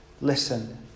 listen